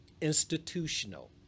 institutional